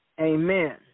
Amen